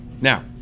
Now